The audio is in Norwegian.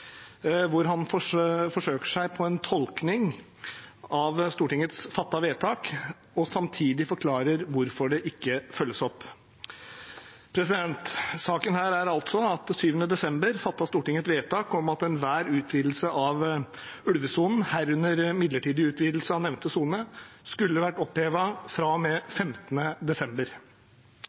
hvor han forsøker seg på en tolkning av Stortingets fattede vedtak og samtidig forklarer hvorfor det ikke følges opp. Saken er altså at den 7. desember fattet Stortinget et vedtak om at enhver utvidelse av ulvesonen, herunder midlertidig utvidelse av nevnte sone, skulle vært opphevet fra og med 15. desember.